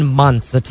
months